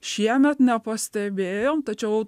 šiemet nepastebėjom tačiau